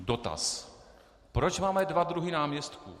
Dotaz: Proč máme dva druhy náměstků?